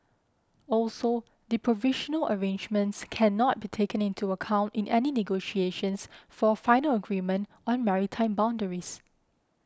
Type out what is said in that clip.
also the provisional arrangements cannot be taken into account in any negotiations for final agreement on maritime boundaries